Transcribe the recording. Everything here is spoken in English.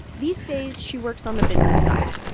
these days she works on the business side,